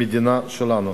במדינה שלנו?